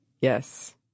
Yes